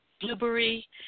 Blueberry